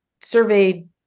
surveyed